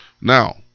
Now